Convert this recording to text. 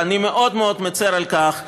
ואני מאוד מאוד מצר על כך.